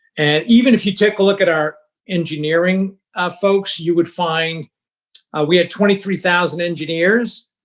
and even if you take a look at our engineering ah folks, you would find we had twenty three thousand engineers.